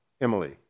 Emily